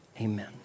amen